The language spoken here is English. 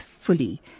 fully